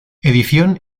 edición